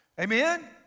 Amen